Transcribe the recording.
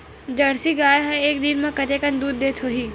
Jersey गाय ह एक दिन म कतेकन दूध देत होही?